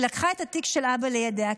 היא לקחה את התיק של אבא לידיה,